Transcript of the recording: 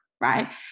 right